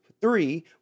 three